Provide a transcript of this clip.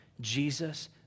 Jesus